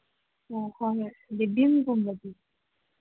ꯑ ꯍꯣꯏ ꯍꯣꯏ ꯚꯤꯝꯒꯨꯝꯕꯗꯤ